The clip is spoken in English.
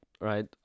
right